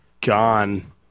gone